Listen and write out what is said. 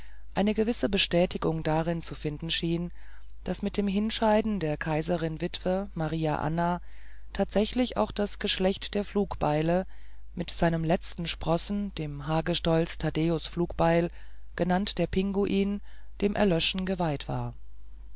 eine gewisse bestätigung darin zu finden schien daß mit dem hinscheiden der kaiserinwitwe maria anna tatsächlich auch das geschlecht der flugbeile in seinem letzten sprossen dem hagestolz thaddäus flugbeil genannt der pinguin dem erlöschen geweiht war